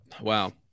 Wow